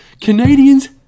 Canadians